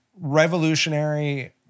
revolutionary